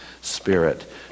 Spirit